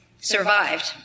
survived